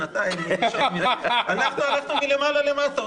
שנתיים --- אנחנו הולכים מלמעלה למטה.